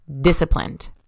disciplined